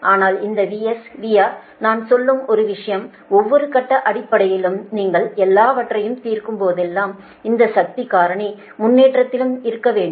ஆனால் இந்த VS VR நான் சொல்லும் ஒரு விஷயம் ஒவ்வொரு கட்ட அடிப்படையிலும் நீங்கள் எல்லாவற்றையும் தீர்க்கும் போதெல்லாம் இந்த சக்தி காரணி முன்னேற்றத்திலும் இருக்க வேண்டும்